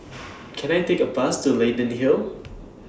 Can I Take A Bus to Leyden Hill